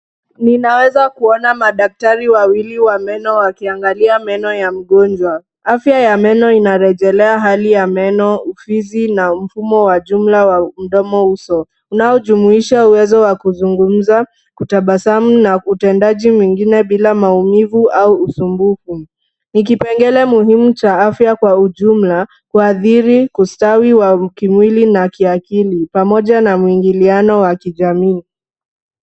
Ninaweza kuona madaktari wawili wa meno wakiangalia meno ya mgonjwa. Afya ya meno inarejelea hali ya meno, ufizi na mfumo wa jumla wa mdomo uso, unaojumuisha uwezo wa kuzungumza, kutabasamu na utendaji mwingine bila maumivu au usumbufu. Ni kipengele muhimu cha afya kwa ujumla kuathiri, kustawi wa kimwili na kiakili pamoja na mwingiliano wa kijamii.